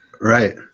Right